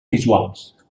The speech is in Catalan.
visuals